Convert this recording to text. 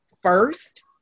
first